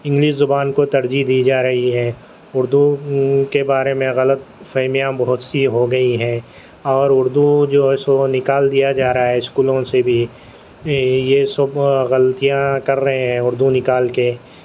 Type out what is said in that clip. English زبان کو ترجیح دی جا رہی ہے اردو کے بارے میں غلط فہمیاں بہت سی ہو گئی ہیں اور اردو جو ہے سو نکال دیا جا رہا ہے اسکولوں سے بھی یہ سب غلطیاں کر رہے ہیں اردو نکال کے